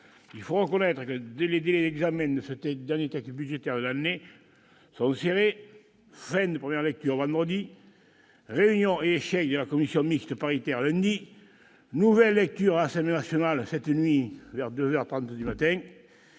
Il faut reconnaître que les délais d'examen de ce dernier texte budgétaire de l'année sont serrés : fin de la première lecture vendredi dernier, réunion et échec de la commission mixte paritaire avant-hier, nouvelle lecture à l'Assemblée nationale cette nuit vers deux